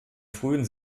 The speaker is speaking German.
frühen